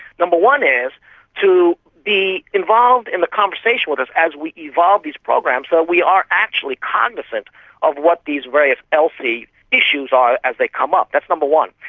one is to be involved in the conversation with us as we evolve these programs so that we are actually cognisant of what these various elsi issues are as they come up. that's number one.